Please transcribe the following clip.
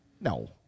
No